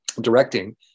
directing